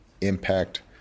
impact